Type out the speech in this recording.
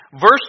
Verse